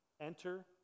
Enter